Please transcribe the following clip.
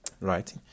right